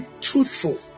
truthful